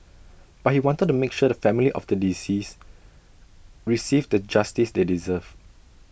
but he wanted to make sure the family of the deceased received the justice they deserved